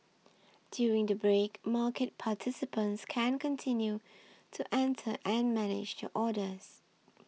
during the break market participants can continue to enter and manage your orders